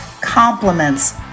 compliments